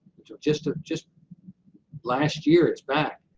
just ah just last year, it's back,